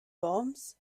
worms